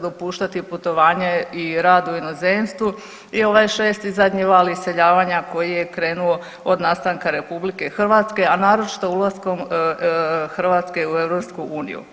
dopuštati putovanje i rad u inozemstvu i ovaj šesti, zadnji val iseljavanja koji je krenuo od nastanka RH, a naročito ulaskom Hrvatske u EU.